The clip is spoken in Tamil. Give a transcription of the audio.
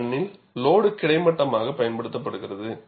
ஏனெனில் லோடு கிடைமட்டமாக பயன்படுத்தப்படுகிறது